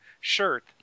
shirt